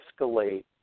escalate